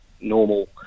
normal